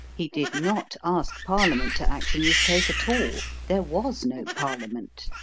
he did not ask parliament to act in this case at all. there was no parliament.